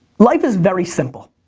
life is very simple.